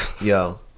Yo